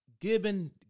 Given